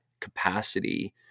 Capacity